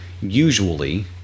usually